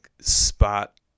spot